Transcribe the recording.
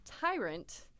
Tyrant